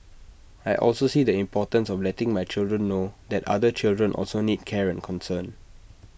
I also see the importance of letting my children know that other children also need care and concern